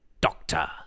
Doctor